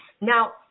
Now